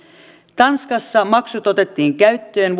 tanskassa maksut otettiin käyttöön